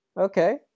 Okay